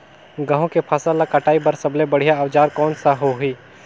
गहूं के फसल ला कटाई बार सबले बढ़िया औजार कोन सा होही?